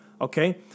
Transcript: Okay